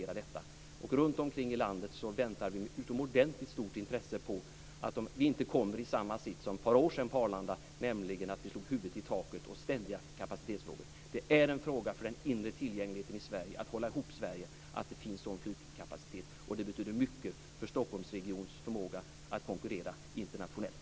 Runtomkring i landet väntar man med utomordentlig stort intresse på en försäkran om att vi inte ska få samma situation som vi hade för ett par år sedan på Arlanda. Då slog vi huvudet i taket och brottades med ständiga kapacitetsproblem. Att det finns tillräcklig flygkapacitet är en fråga om den inre tillgängligheten i Sverige, om att hålla ihop landet. Det betyder mycket för Stockholmsregionens förmåga att konkurrera internationellt.